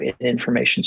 information